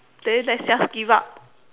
then let's just give up